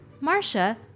Marcia